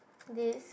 this